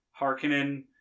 Harkonnen